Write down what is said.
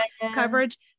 coverage